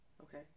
okay